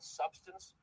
substance